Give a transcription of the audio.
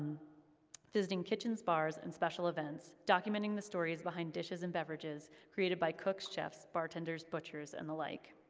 visiting kitchens, bars, and special events, documenting the stories behind dishes and beverages, created by cooks, chefs, bartenders, butchers, and the like.